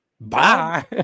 bye